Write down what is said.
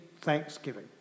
thanksgiving